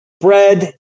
bread